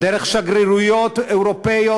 דרך שגרירויות אירופיות,